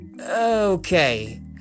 okay